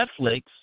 Netflix